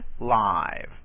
live